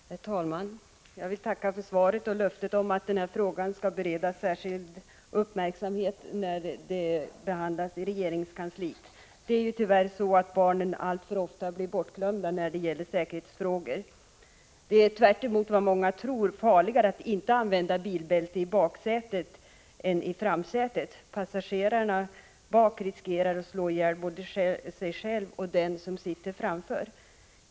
Herr talman! Jag vill tacka för svaret och löftet om att den här frågan skall ägnas särskild uppmärksamhet när ärendet bereds i regeringskansliet. Det är tyvärr så att barnen alltför ofta blir bortglömda när det gäller säkerhetsfrågor. Det är, tvärtemot vad många tror, farligare att inte använda bilbälte i baksätet än i framsätet. Passageraren bak riskerar att slå ihjäl både sig själv och den som sitter framför.